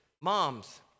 Moms